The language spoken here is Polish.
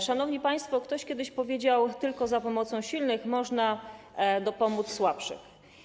Szanowni państwo, ktoś kiedyś powiedział: Tylko z pomocą silnych można dopomóc słabszym.